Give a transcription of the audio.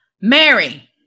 Mary